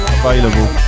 available